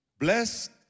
Blessed